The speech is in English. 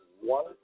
one